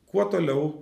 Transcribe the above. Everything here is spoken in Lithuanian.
kuo toliau